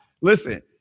Listen